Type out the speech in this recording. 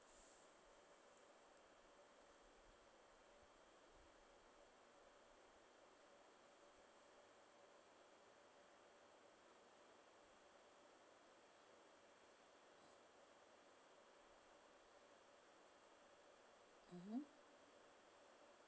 mmhmm